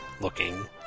looking